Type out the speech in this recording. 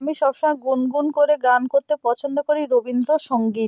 আমি সব সময় গুনগুন করে গান করতে পছন্দ করি রবীন্দ্রসঙ্গীত